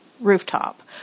rooftop